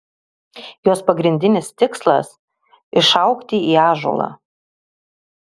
jos pagrindinis tikslas išaugti į ąžuolą